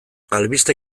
albiste